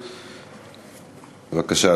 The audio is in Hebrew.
בבקשה,